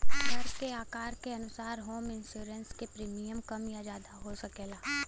घर के आकार के अनुसार होम इंश्योरेंस क प्रीमियम कम या जादा हो सकला